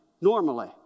normally